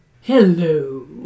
Hello